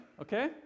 Okay